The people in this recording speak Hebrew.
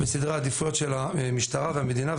וסדרי העדיפויות של המשטרה והמדינה,